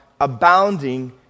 abounding